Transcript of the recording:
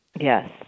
yes